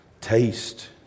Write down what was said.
Taste